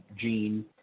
Gene